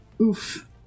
Oof